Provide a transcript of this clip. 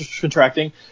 contracting